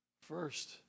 first